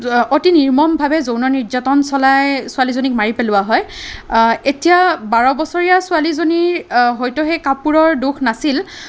আতি নিৰ্মমভাৱে যৌন নিৰ্যাতন চলাই ছোৱালীজনীক মাৰি পেলোৱা হয় এতিয়া বাৰ বছৰীয়া ছোৱালীজনীৰ হয়তো সেই কাপোৰৰ দোষ নাছিল